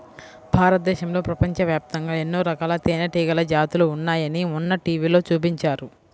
భారతదేశంలో, ప్రపంచవ్యాప్తంగా ఎన్నో రకాల తేనెటీగల జాతులు ఉన్నాయని మొన్న టీవీలో చూపించారు